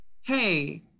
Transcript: hey